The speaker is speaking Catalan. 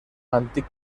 antic